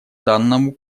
данному